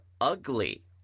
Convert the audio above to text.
ugly